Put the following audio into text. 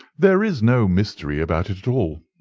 there is no mystery about it at all.